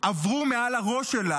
עברו מעל הראש שלה,